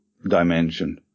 Dimension